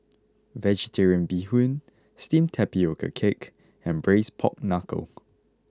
Vegetarian Bee Hoon Steamed Tapioca Cake and Braised Pork Knuckle